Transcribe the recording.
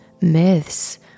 myths